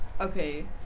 Okay